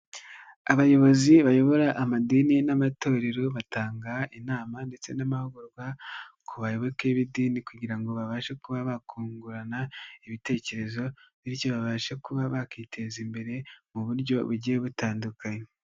Abayobozi bayobora amadini n'amatorero batanga inama ndetse n'amahugurwa ku bayoboke b'idini kugira ngo babashe kuba bakungurana ibitekerezo bityo babashe kuba bakiteza imbere mu buryo bugiye butandukanye.